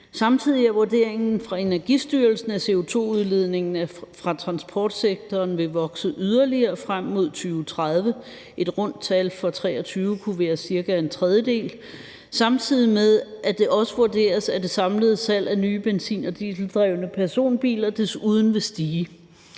Samtidig er vurderingen fra Energistyrelsen, at CO2-udledningen fra transportsektoren vil vokse yderligere frem mod 2030 – et rundt tal for 2023 kunne være cirka en tredjedel – samtidig med at det også vurderes, at det samlede salg af nye benzin- og dieseldrevne personbiler desuden vil stige.